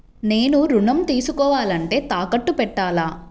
నేను ఋణం తీసుకోవాలంటే తాకట్టు పెట్టాలా?